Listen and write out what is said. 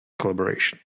collaboration